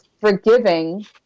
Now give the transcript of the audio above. forgiving